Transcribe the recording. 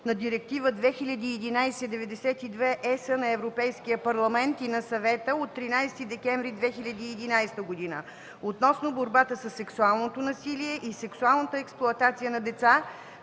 на Директива 2011/92/ЕС на Европейския парламент и на Съвета от 13 декември 2011 г., относно борбата със сексуалното насилие и сексуалната експлоатация на деца,